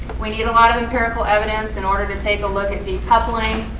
we need a lot of empirical evidence in order to take a look at decoupling,